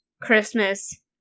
Christmas